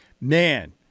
Man